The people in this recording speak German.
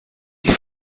die